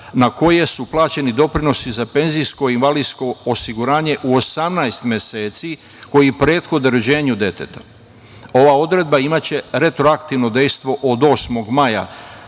na koje su plaćeni doprinosi za penzijsko i invalidsko osiguranje u 18 meseci koji prethode rođenju deteta. Ova odredba imaće retroaktivno dejstvo od 8. maja